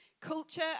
culture